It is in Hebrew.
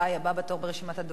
הבא בתור ברשימת הדוברים,